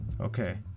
Okay